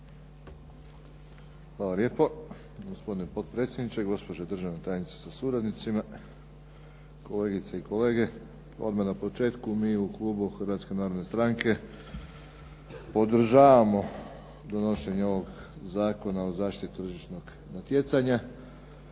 Hvala lijepo. Gospodine potpredsjedniče, gospođo državna tajnice sa suradnicima, kolegice i kolege. Odmah na početku, mi u klubu Hrvatske narodne stranke podržavamo donošenje ovog Zakona o zaštiti tržišnog natjecanja